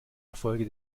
erfolge